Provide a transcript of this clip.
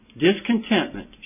Discontentment